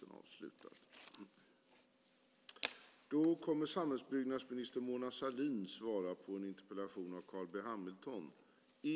Då Yvonne Ruwaida, som skulle delta i överläggningen i stället för Gustav Fridolin som framställt interpellationen och som meddelat att han var förhindrad att närvara vid sammanträdet, inte var närvarande i kammaren förklarade talmannen överläggningen avslutad.